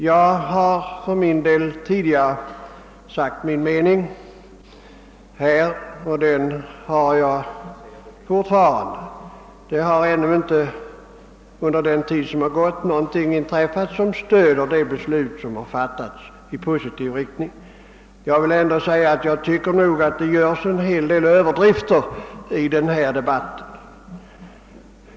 Jag har för min del tidigare sagt min mening och den står jag fortfarande för. Det har ännu inte, under den tid som gått, inträffat någonting som i positiv riktning stöder det beslut som fattats. Jag tycker dock att det görs en hel del överdrifter i denna debatt.